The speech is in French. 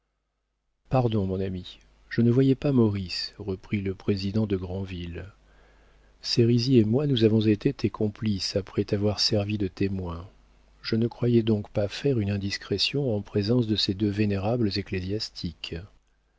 pardon mon ami je ne voyais pas maurice reprit le président de grandville sérizy et moi nous avons été tes complices après t'avoir servi de témoins je ne croyais donc pas faire une indiscrétion en présence de ces deux vénérables